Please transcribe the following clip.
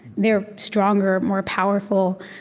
they're stronger, more powerful,